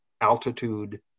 altitude